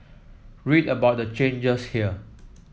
read about the changes here